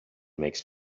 makes